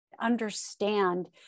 understand